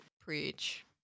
Preach